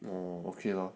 okay lah